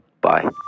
bye